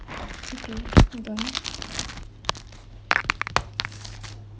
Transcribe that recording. okay hold on